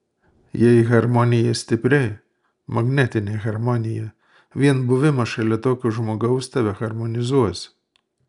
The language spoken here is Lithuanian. jei harmonija stipri magnetinė harmonija vien buvimas šalia tokio žmogaus tave harmonizuos